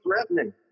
threatening